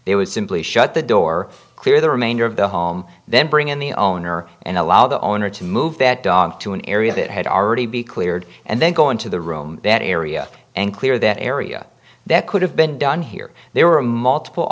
they would simply shut the door clear the remainder of the home then bring in the owner and allow the owner to move that dog to an area that had already be cleared and then go into the room that area and clear that area that could have been done here there were multiple